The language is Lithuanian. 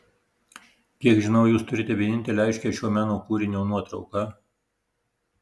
kiek žinau jūs turite vienintelę aiškią šio meno kūrinio nuotrauką